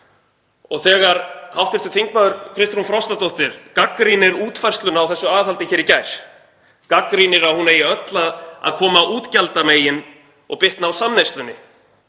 Og þegar hv. þm. Kristrún Frostadóttir gagnrýnir útfærsluna á þessu aðhaldi hér í gær, gagnrýnir að hún eigi öll að koma útgjaldamegin og bitna á samneyslunni,